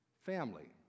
family